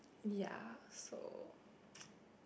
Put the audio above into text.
ya so